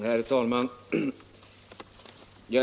Nr 36 Herr talman!